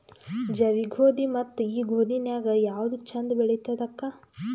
ಜವಿ ಗೋಧಿ ಮತ್ತ ಈ ಗೋಧಿ ನ್ಯಾಗ ಯಾವ್ದು ಛಂದ ಬೆಳಿತದ ಅಕ್ಕಾ?